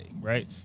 right